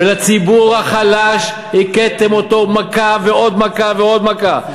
והציבור החלש, הכיתם אותו מכה ועוד מכה ועוד מכה.